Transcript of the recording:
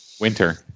winter